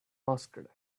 asked